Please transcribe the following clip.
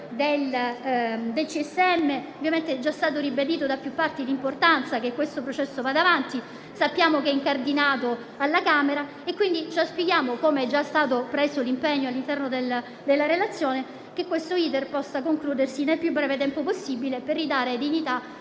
ovviamente è già stata ribadita da più parti l'importanza che questo processo vada avanti. Sappiamo che è incardinato alla Camera e quindi auspichiamo che - come da impegno già preso all'interno della relazione - l'*iter* possa concludersi nel più breve tempo possibile, per ridare vita